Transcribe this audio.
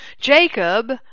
Jacob